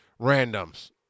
randoms